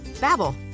babble